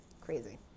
crazy